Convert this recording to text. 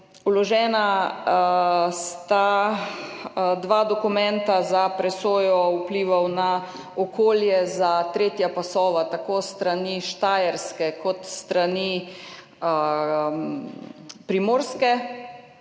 Vložena sta dva dokumenta za presojo vplivov na okolje za tretja pasova, tako s strani Štajerske kot s strani Primorske,